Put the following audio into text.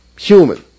human